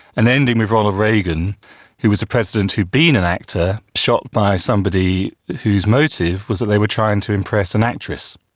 and ending with ronald reagan who was a president who had been an actor, shot by somebody whose motive was that they were trying to impress an actress,